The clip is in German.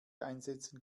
einsetzen